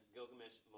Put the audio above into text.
Gilgamesh